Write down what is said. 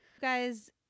guys